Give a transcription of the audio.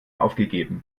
aufgegeben